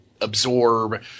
absorb